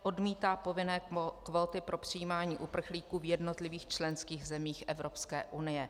Odmítá povinné kvóty pro přijímání uprchlíků v jednotlivých členských zemích Evropské unie.